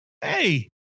Hey